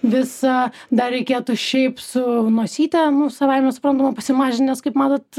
visa dar reikėtų šiaip su nosyte nu savaime suprantama pasimažint nes kaip manot